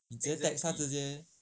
你 text 他直接